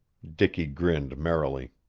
dicky grinned merrily.